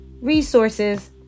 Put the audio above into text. resources